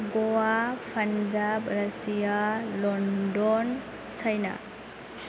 Goa Punjab Russia London China